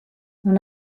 non